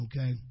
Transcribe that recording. Okay